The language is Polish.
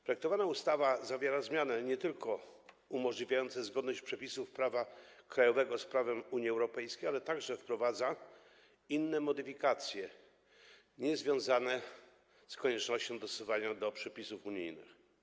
Projektowana ustawa zawiera zmiany nie tylko umożliwiające zgodność przepisów prawa krajowego z prawem Unii Europejskiej, ale także wprowadza inne modyfikacje niezwiązane z koniecznością dostosowania do przepisów unijnych.